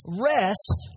Rest